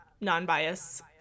non-bias